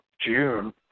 June